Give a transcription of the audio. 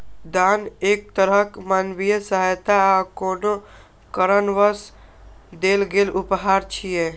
दान एक तरहक मानवीय सहायता आ कोनो कारणवश देल गेल उपहार छियै